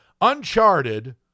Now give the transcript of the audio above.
Uncharted